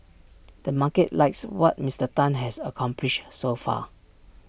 the market likes what Mister Tan has accomplished so far